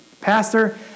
Pastor